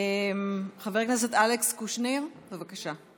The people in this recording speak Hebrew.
חבר הכנסת אלכס קושניר, בבקשה.